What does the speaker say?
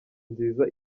nziza